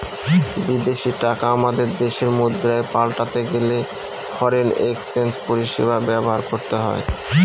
বিদেশী টাকা আমাদের দেশের মুদ্রায় পাল্টাতে গেলে ফরেন এক্সচেঞ্জ পরিষেবা ব্যবহার করতে হয়